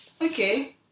okay